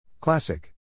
Classic